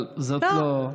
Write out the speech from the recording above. אבל זאת לא,